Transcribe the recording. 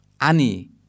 ani